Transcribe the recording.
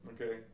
Okay